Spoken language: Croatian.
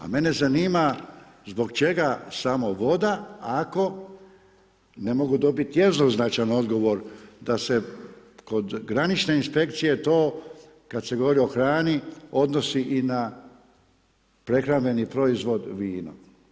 A mene zanima zbog čega samo voda ako ne mogu dobiti jednoznačan odgovor da se kod granične inspekcije to kada se govori o hrani odnosi i na prehrambeni proizvod vino.